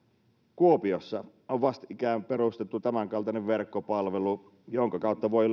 kuopiossa on vastikään perustettu tämänkaltainen verkkopalvelu jonka kautta voi